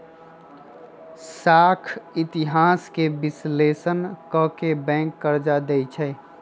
साख इतिहास के विश्लेषण क के बैंक कर्जा देँई छै